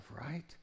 right